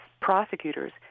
prosecutors